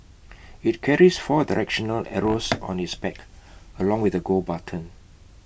IT carries four directional arrows on its back along with A go button